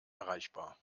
erreichbar